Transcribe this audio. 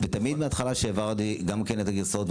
ותמיד בהתחלה כשהבהרתי גם כן את הגרסאות,